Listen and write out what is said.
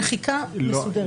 לא,